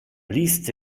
listy